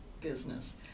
business